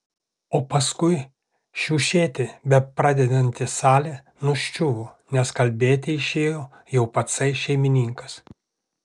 o paskui šiušėti bepradedanti salė nuščiuvo nes kalbėti išėjo jau patsai šeimininkas